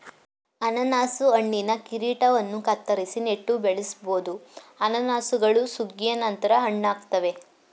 ಅನನಾಸು ಹಣ್ಣಿನ ಕಿರೀಟವನ್ನು ಕತ್ತರಿಸಿ ನೆಟ್ಟು ಬೆಳೆಸ್ಬೋದು ಅನಾನಸುಗಳು ಸುಗ್ಗಿಯ ನಂತರ ಹಣ್ಣಾಗ್ತವೆ